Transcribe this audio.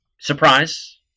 surprise